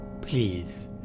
Please